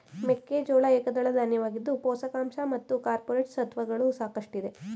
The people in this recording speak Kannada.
ಮೆಕ್ಕೆಜೋಳ ಏಕದಳ ಧಾನ್ಯವಾಗಿದ್ದು ಪೋಷಕಾಂಶ ಮತ್ತು ಕಾರ್ಪೋರೇಟ್ ಸತ್ವಗಳು ಸಾಕಷ್ಟಿದೆ